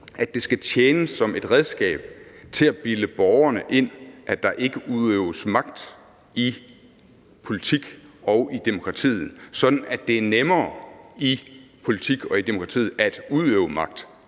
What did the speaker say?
at det skal tjene som et redskab til at bilde borgerne ind, at der ikke udøves magt i politik og i demokratiet, sådan at det er nemmere i politik og i demokratiet at udøve magt.